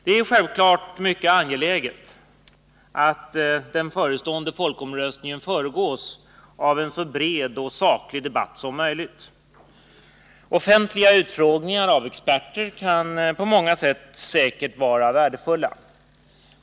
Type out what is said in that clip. Det är naturligtvis angeläget att den förestående folkomröstningen föregås av en så bred och saklig debatt som möjligt. Offentliga utfrågningar av experter kan på många sätt vara värdefulla.